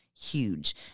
huge